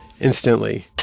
instantly